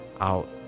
out